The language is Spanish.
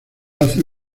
hace